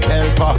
Help